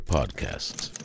Podcasts